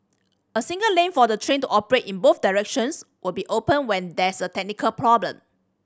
a single lane for the train to operate in both directions will be open when there is a technical problem